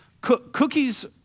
cookies